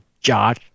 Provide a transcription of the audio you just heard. Josh